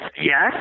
yes